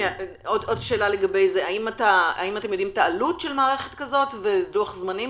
אתם יודעים את העלות של מערכת כזאת ולוח זמנים,